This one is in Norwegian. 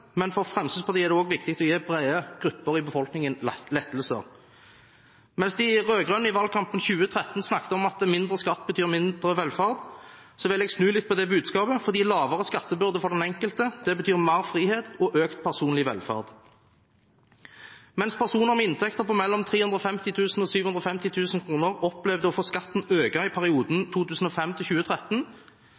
men for Fremskrittspartiet er det også viktig å gi brede grupper i befolkningen lettelser. Mens de rød-grønne i valgkampen i 2013 snakket om at mindre skatt betyr mindre velferd, vil jeg snu litt på det budskapet, fordi lavere skattebyrde for den enkelte betyr mer frihet og økt personlig velferd. Mens personer med en inntekt på mellom 350 000 og 750 000 kr opplevde å få skatten økt i perioden 2005–2013, har Fremskrittspartiet i regjering bidratt til